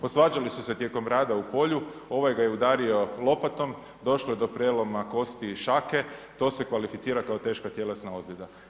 Posvađali su se tijekom rada u polju, ovaj ga je udario lopatom, došlo je do prijeloma kosti šake, to se kvalificira kao teška tjelesna ozljeda.